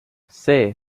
see